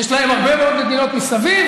יש להם הרבה מאוד מדינות מסביב,